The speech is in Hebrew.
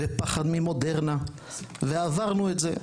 ופחד ממודרנה, ועברנו את זה.